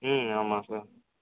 ம் ஆமாம் சார்